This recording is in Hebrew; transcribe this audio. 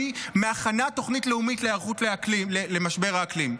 מהכנת תוכנית לאומית להיערכות למשבר האקלים.